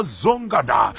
zongada